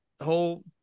whole